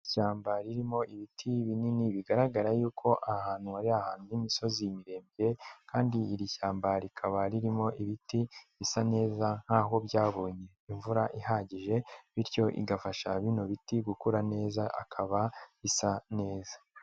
Ishyamba ririmo ibiti binini bigaragara y'uko aha hantu ari ahantu h'imisozi miremire kandi iri shyamba rikaba ririmo ibiti bisa neza nk'aho byabonye imvura ihagije, bityo igafasha abino biti gukura neza ikaba bisa neza.